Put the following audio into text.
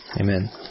Amen